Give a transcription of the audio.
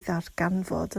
ddarganfod